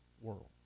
world